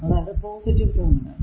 അതായതു positive terminal